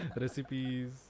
Recipes